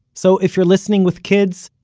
so if you're listening with kids,